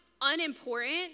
unimportant